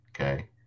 Okay